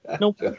Nope